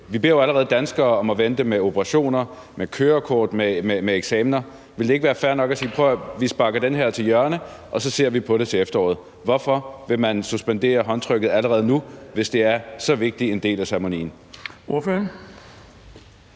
Vi beder jo allerede danskere om at vente med operationer, med kørekort og med eksamener. Ville det ikke være fair nok at sige: Prøv at høre, vi sparker det her til hjørne, og så ser vi på det til efteråret? Hvorfor vil man suspendere håndtrykket allerede nu, hvis det er så vigtig en del af ceremonien? Kl.